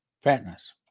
fatness